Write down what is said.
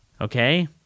Okay